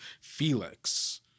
Felix